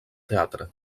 teatre